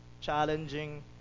challenging